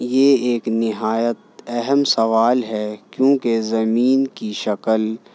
یہ ایک نہایت اہم سوال ہے کیونکہ زمین کی شکل